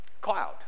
Cloud